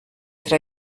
tra